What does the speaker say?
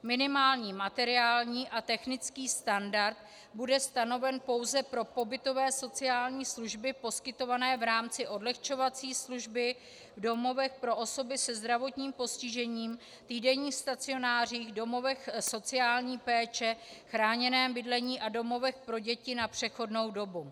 Minimální materiální a technický standard bude stanoven pouze pro pobytové sociální služby poskytované v rámci odlehčovací služby v domovech pro osoby se zdravotním postižením, týdenních stacionářích, domovech sociální péče, chráněném bydlení a domovech pro děti na přechodnou dobu.